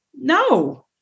No